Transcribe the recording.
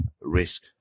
risk